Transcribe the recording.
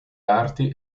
arti